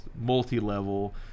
multi-level